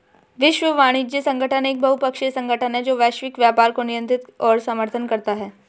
विश्व वाणिज्य संगठन एक बहुपक्षीय संगठन है जो वैश्विक व्यापार को नियंत्रित और समर्थन करता है